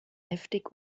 heftig